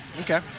Okay